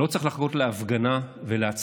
לא צריך לחכות להפגנה ולהצהרות,